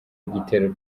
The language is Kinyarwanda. igitero